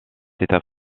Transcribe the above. état